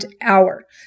hour